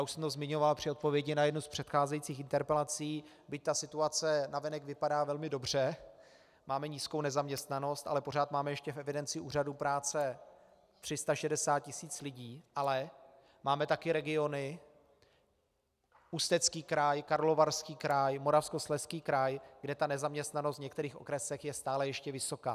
Už jsem to zmiňoval při odpovědi na jednu z předcházejících interpelací, byť situace navenek vypadá velmi dobře, máme nízkou nezaměstnanost, ale pořád máme ještě v evidenci úřadu práce 360 tisíc lidí, ale máme také regiony, Ústecký kraj, Karlovarský kraj, Moravskoslezský kraj, kde nezaměstnanost v některých okresech je stále ještě vysoká.